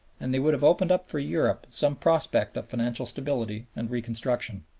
and they would have opened up for europe some prospect of financial stability and reconstruction.